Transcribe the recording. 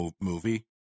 movie